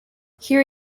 here